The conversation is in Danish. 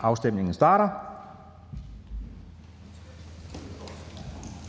Afstemningen starter.